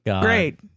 great